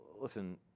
Listen